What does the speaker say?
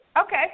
Okay